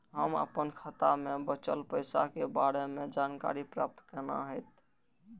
हम अपन खाता में बचल पैसा के बारे में जानकारी प्राप्त केना हैत?